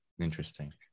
interesting